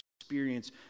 experience